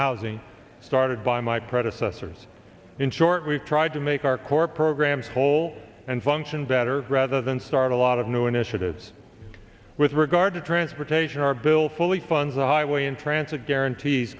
housing started by my predecessors in short we've tried to make our core programs whole and function better rather than start a lot of new initiatives with regard to transportation our bill fully funds the highway and transit guarantees